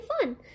fun